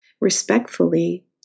respectfully